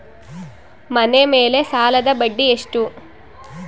ಮನೆ ಮೇಲೆ ಸಾಲದ ಬಡ್ಡಿ ಎಷ್ಟು?